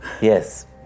Yes